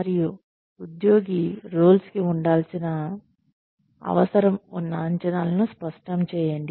మరియు ఉద్యోగి రోల్ కి ఉండాల్సిన అవసరం ఉన్న అంచనాలను స్పష్టం చేయండి